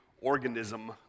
organism